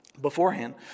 beforehand